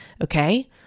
Okay